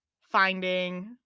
finding